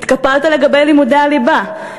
התקפלת לגבי לימודי הליבה,